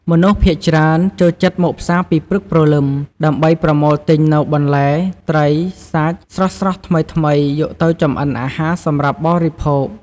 មនុស្សភាគច្រើនចូលចិត្តមកផ្សារពីព្រឹកព្រលឹមដើម្បីប្រមូលទិញនូវបន្លែ ត្រី សាច់ ស្រស់ៗថ្មីៗយកទៅចម្អិនអាហារសម្រាប់បរិភោគ។